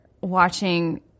watching